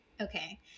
Okay